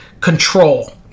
control